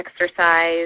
exercise